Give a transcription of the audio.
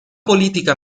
politica